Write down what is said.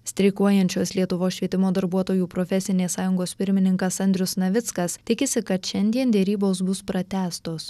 streikuojančios lietuvos švietimo darbuotojų profesinės sąjungos pirmininkas andrius navickas tikisi kad šiandien derybos bus pratęstos